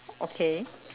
okay